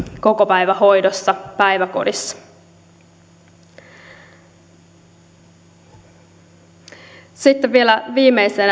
kokopäivähoidossa päiväkodissa sitten vielä viimeisenä